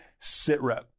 SITREP